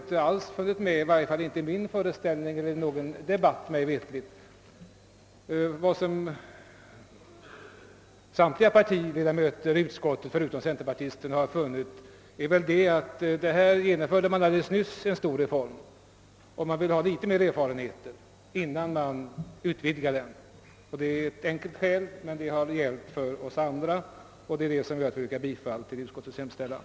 Det argumentet har mig veterligen inte anförts i detta fall. Samtliga ledamöter i utskottet med undantag för centerpartiets har varit av den uppfattningen att när vi nu så nyligen har genomfört en stor reform vill vi ha litet större erfarenhet innan vi utvidgar den. Det är ett enkelt skäl, men det har gällt för oss i utskottet. Herr talman! Jag ber att få yrka bifall till utskottets hemställan.